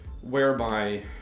Whereby